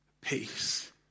Peace